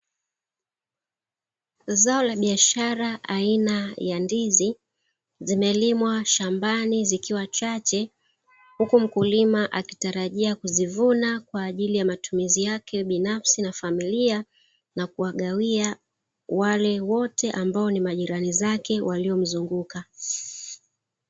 Zao la biashara aina ya ndizi, zimelimwa shambani zikiwa chache huku mkulima akitarajia kuzivuna kwa ajili ya matumizi yake binafsi na familia na kuwagawia wale wote ambao ni majirani zake waliomzunguka.